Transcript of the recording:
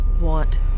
want